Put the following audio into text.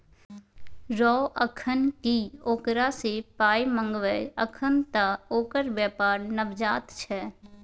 रौ अखन की ओकरा सँ पाय मंगबै अखन त ओकर बेपार नवजात छै